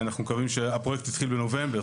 הפרויקט התחיל בנובמבר,